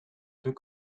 deux